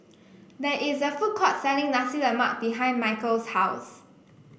there is a food court selling Nasi Lemak behind Michale's house